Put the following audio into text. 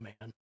man